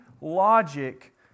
logic